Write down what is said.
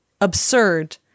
absurd